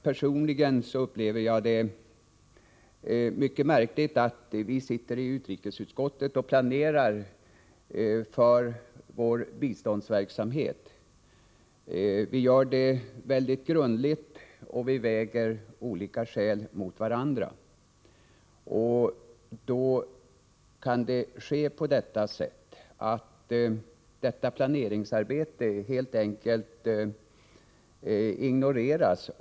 Personligen upplever jag det som mycket märkligt att det planeringsarbete som vi i utrikesutskottet gör för vår biståndsverksamhet — vi gör det mycket grundligt och väger olika skäl mot varandra — helt enkelt ignoreras.